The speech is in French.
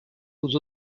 aux